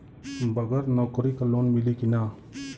बगर नौकरी क लोन मिली कि ना?